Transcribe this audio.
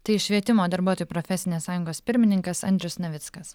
tai švietimo darbuotojų profesinės sąjungos pirmininkas andrius navickas